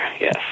Yes